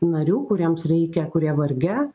narių kuriems reikia kurie varge